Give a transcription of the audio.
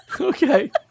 Okay